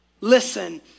Listen